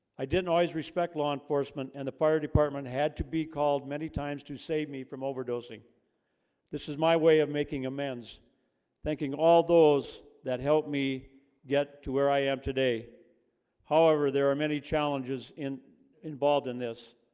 i didn't always respect law enforcement and the fire department had to be called many times to save me from overdosing this is my way of making amends thanking all those that helped me get to where i am today however, there are many challenges in involved in this